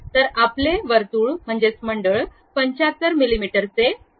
तर आपले मंडळ 75 मिलीमीटरचे असेल